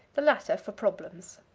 the latter for problems.